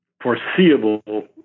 foreseeable